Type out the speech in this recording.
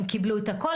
הם קיבלו את הכול,